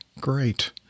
great